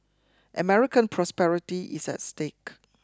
American prosperity is at stake